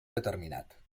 determinat